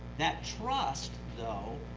that trust, though,